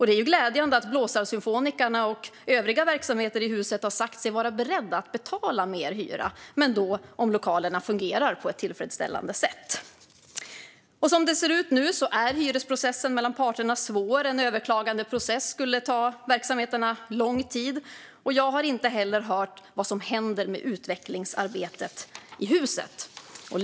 Det är glädjande att Blåsarsymfonikerna och övriga verksamheter i huset har sagt sig vara beredda att betala mer hyra om lokalerna fungerar på ett tillfredsställande sätt. Som det ser ut nu är hyresprocessen mellan parterna svår. En överklagandeprocess skulle ta verksamheterna lång tid, och jag har heller inte hört vad som händer med utvecklingsarbetet i huset.